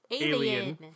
Alien